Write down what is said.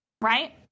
Right